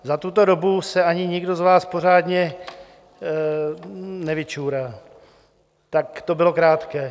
Za tuto dobu se ani nikdo z vás pořádně... nevyčurá, tak to bylo krátké.